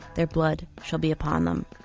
their blood shall be upon them.